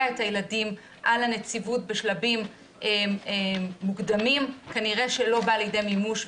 את הילדים על הנציבות בשלבים מוקדמים כנראה שלא באה לידי מימוש,